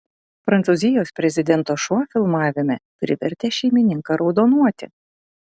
prancūzijos prezidento šuo filmavime privertė šeimininką raudonuoti